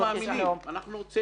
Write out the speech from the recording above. אנחנו מאמינים בכך.